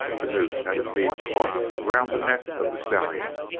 the noose had indeed caught around the neck of the stallion,